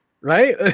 right